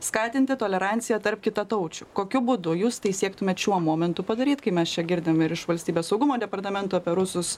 skatinti toleranciją tarp kitataučių kokiu būdu jūs tai siektumėt šiuo momentu padaryti kai mes čia girdime ir iš valstybės saugumo departamento apie rusus